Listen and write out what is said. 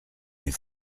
est